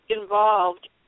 involved